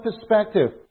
perspective